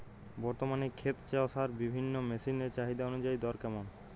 বর্তমানে ক্ষেত চষার বিভিন্ন মেশিন এর চাহিদা অনুযায়ী দর কেমন?